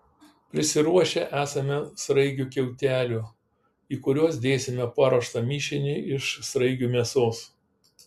prisiruošę esame sraigių kiautelių į kuriuos dėsime paruoštą mišinį iš sraigių mėsos